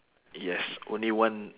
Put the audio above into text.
yes only one